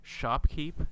shopkeep